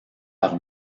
par